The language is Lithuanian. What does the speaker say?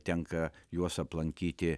tenka juos aplankyti